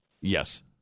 Yes